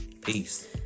peace